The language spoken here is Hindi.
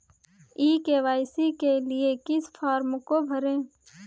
ई के.वाई.सी के लिए किस फ्रॉम को भरें?